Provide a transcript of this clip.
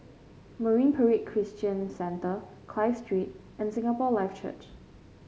Marine Parade Christian Centre Clive Street and Singapore Life Church